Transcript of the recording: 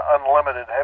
unlimited